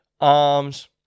arms